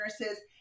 nurses